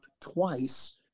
twice